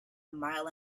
mile